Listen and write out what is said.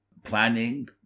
planning